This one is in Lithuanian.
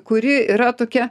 kuri yra tokia